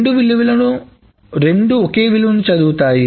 రెండు ఒకే విలువను చదువు తాయి